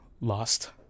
lost